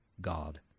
God